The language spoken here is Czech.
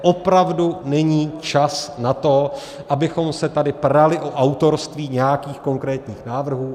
Opravdu není čas na to, abychom se tady prali o autorství nějakých konkrétních návrhů.